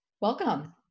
Welcome